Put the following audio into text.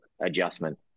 adjustment